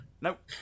Nope